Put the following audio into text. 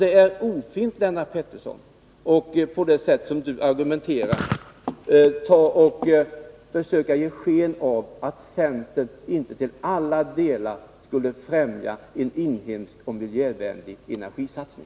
Det är ofint att, som Lennart Petersson gör, försöka ge sken av att centern inte till alla delar skulle främja en inhemsk, miljövänlig energisatsning.